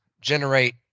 generate